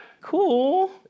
cool